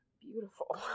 beautiful